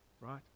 right